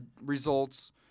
results